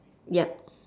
yup